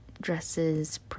dresses